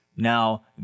Now